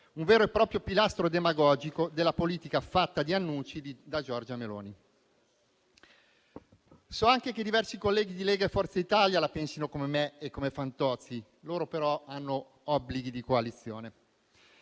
un vero e proprio pilastro demagogico della politica fatta di annunci di Giorgia Meloni. So anche che diversi colleghi di Lega e Forza Italia la pensano come me e come Fantozzi; loro però hanno obblighi di coalizione.